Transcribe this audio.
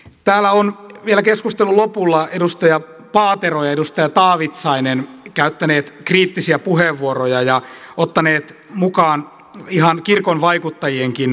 täällä ovat vielä keskustelun lopulla edustaja paatero ja edustaja taavitsainen käyttäneet kriittisiä puheenvuoroja ja ottaneet mukaan ihan kirkon vaikuttajienkin kannanottoja